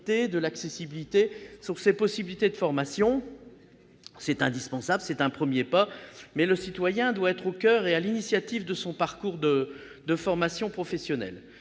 de l'accessibilité sur ses possibilités de formation. C'est un premier pas indispensable. Le citoyen doit être au coeur et à l'initiative de son parcours de formation professionnelle.